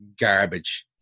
garbage